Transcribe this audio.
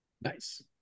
Nice